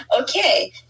Okay